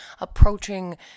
approaching